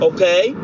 Okay